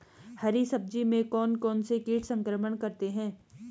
हरी सब्जी में कौन कौन से कीट संक्रमण करते हैं?